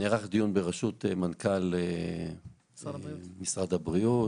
נערך דיון בראשות מנכ"ל משרד הבריאות,